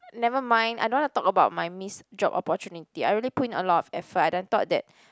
never mind I don't want to talk about my missed job opportunity I already put in a lot of effort I then thought that